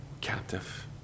captive